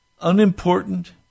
unimportant